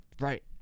Right